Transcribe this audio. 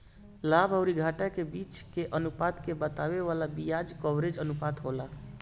लाभ अउरी घाटा के बीच के अनुपात के बतावे वाला बियाज कवरेज अनुपात होला